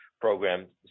programs